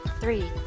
three